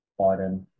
Biden